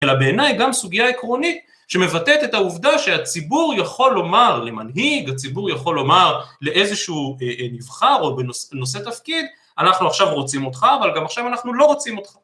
אלא בעיניי גם סוגיה עקרונית שמבטאת את העובדה שהציבור יכול לומר למנהיג, הציבור יכול לומר לאיזשהו נבחר, או נושא תפקיד, אנחנו עכשיו רוצים אותך, אבל גם עכשיו אנחנו לא רוצים אותך